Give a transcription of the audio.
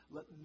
Let